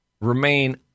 remain